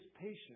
patient